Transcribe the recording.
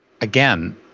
again